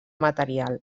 materials